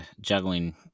juggling